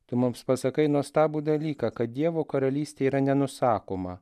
tu mums pasakai nuostabų dalyką kad dievo karalystė yra nenusakoma